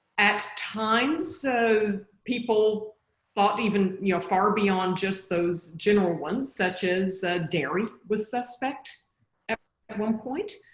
at time so people thought even you know far beyond just those general ones such as dairy was suspect at one point